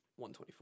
124